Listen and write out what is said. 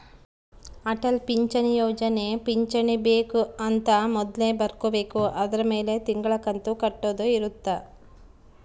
ಅಟಲ್ ಪಿಂಚಣಿ ಯೋಜನೆ ಪಿಂಚಣಿ ಬೆಕ್ ಅಂತ ಮೊದ್ಲೇ ಬರ್ಕೊಬೇಕು ಅದುರ್ ಮೆಲೆ ತಿಂಗಳ ಕಂತು ಕಟ್ಟೊದ ಇರುತ್ತ